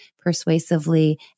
persuasively